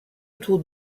autour